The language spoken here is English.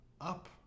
up